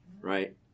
right